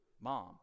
mom